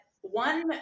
one